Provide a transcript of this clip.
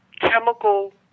chemical